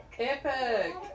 Epic